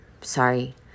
Sorry